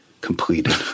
completed